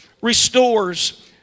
restores